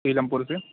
سیلم پور سے